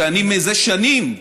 שזה שנים